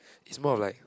is more of like